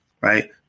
right